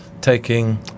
taking